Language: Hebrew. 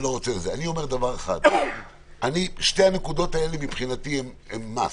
אני אומר ששתי הנקודות האלה, מבחינתי הן must.